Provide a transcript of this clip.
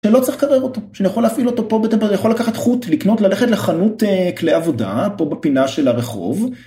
שלא צריך קרר אותו, שאני יכול להפעיל אותו פה בטמפר, יכול לקחת חוט, לקנות, ללכת לחנות כלי עבודה פה בפינה של הרחוב.